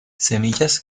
semillas